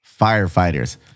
firefighters